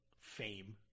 Fame